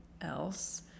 else